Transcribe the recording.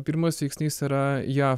pirmas veiksnys yra jav